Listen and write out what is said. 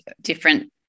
different